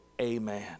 Amen